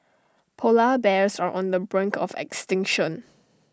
Polar Bears are on the brink of extinction